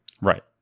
Right